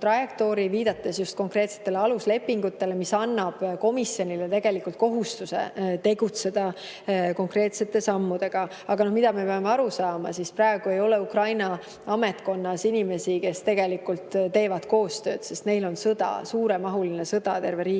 trajektoori, viidates just konkreetsetele aluslepingutele, mis annab komisjonile kohustuse tegutseda konkreetsete sammudega. Aga me peame aru saama, et praegu ei ole Ukraina ametkonnas inimesi, kes tegelikult teevad koostööd, sest neil on sõda, suuremahuline sõda terve riigi